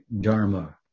Dharma